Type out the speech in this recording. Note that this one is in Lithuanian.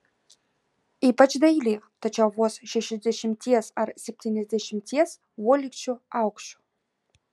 ypač daili tačiau vos šešiasdešimties ar septyniasdešimties uolekčių aukščio